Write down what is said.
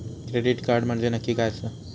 Credit card म्हंजे नक्की काय आसा?